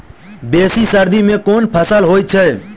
बेसी सर्दी मे केँ फसल होइ छै?